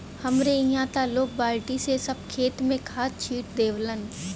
हमरे इहां त लोग बल्टी से सब खेत में खाद छिट देवलन